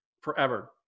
forever